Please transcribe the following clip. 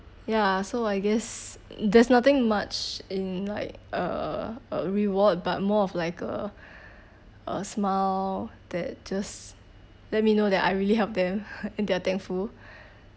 ya so I guess there's nothing much in like uh a reward but more of like a a smile that just let me know that I really help them and they're thankful